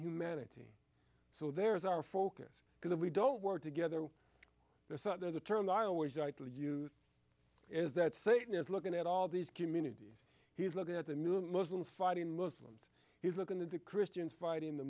humanity so there's our focus because if we don't work together there's not there's a term i always like to use is that satan is looking at all these communities he's looking at the million muslims fighting muslims he's looking at the christians fighting the